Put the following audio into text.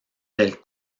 del